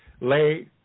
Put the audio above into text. lay